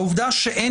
העובדה שאין